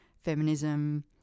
Feminism